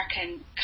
American